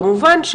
כמובן,